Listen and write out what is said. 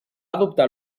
adoptar